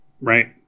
Right